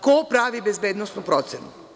Ko pravi bezbednosnu procenu?